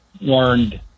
learned